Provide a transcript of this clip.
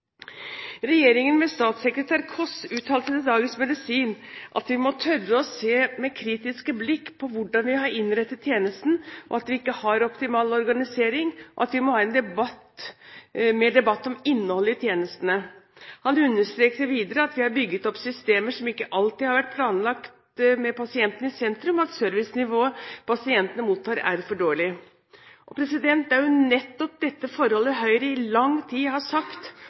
Regjeringen, ved statssekretær Kåss, uttalte til Dagens Medisin: «Vi må tørre å se med kritisk blikk på hvordan [vi] har innrettet tjenesten.» Han sa videre at vi ikke har optimal organisering, og at vi må ha mer debatt om innholdet i tjenestene. Han understreket også at vi har bygget opp systemer som ikke alltid har vært planlagt med pasientene i sentrum, og at servicenivået pasientene mottar, er for dårlig. Det er nettopp dette forholdet Høyre i lang tid har